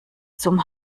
zum